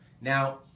Now